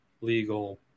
legal